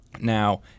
Now